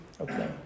Okay